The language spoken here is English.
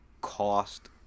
cost